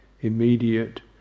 immediate